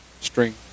string